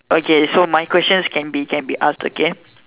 okay so my questions can be can be asked okay